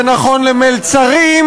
זה נכון למלצרים,